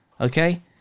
Okay